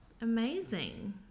Amazing